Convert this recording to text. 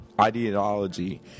ideology